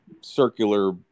circular